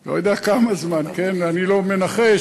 לא יודע עוד כמה זמן, אני לא מנחש,